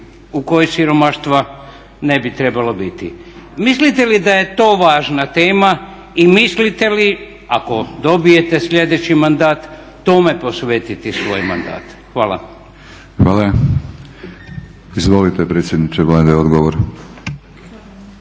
u kojoj siromaštva ne bi trebalo biti? Mislite li da je to važna tema i mislite li ako dobijete slijedeći mandat tome posvetiti svoj mandat? Hvala. **Batinić, Milorad (HNS)** Hvala. Izvolite predsjedniče Vlade odgovor.